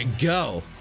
go